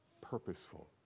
purposeful